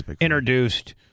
introduced